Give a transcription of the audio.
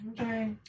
Okay